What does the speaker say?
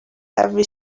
every